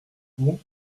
vous